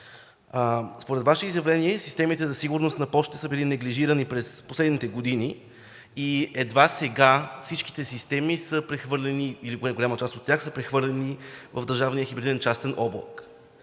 Според Ваше изявление системите за сигурност на Пощите са били неглижирани през последните години и едва сега всички системи са прехвърлени, или поне голяма част от тях, са прехвърлени в държавния хибриден частен облак.